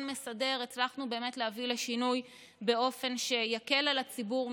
מסדר הצלחנו באמת להביא לשינוי באופן שיקל על הציבור,